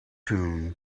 tune